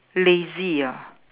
lazy ah